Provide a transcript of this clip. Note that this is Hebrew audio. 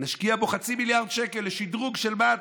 נשקיע חצי מיליארד שקל בשדרוג של מה"ט,